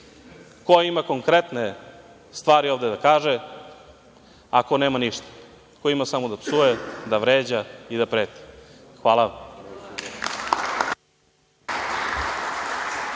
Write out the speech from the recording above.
ko ima konkretne stvari ovde da kaže, a ko nema ništa. Ko ima samo da psuje, da vređa i da preti. Hvala vam.